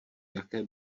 jaké